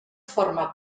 forma